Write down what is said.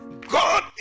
God